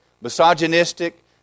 misogynistic